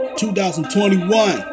2021